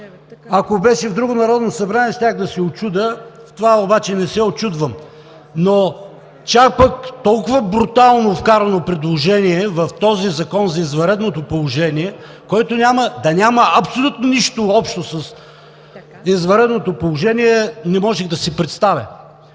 Ако беше в друго Народно събрание, щях да се учудя, на това обаче не се учудвам. Но чак пък толкова брутално вкарано предложение в този Закон за извънредното положение, което няма абсолютно нищо общо с извънредното положение, не можех да си представя!